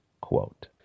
quote